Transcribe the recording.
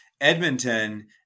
Edmonton